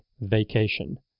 vacation